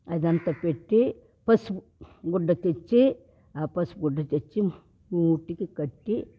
అదంత పెట్టి పసూప్ గుడ్డ తెచ్చి ఆ పసుపు గుడ్డ తెచ్చి ముట్టిక కట్టి